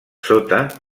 sota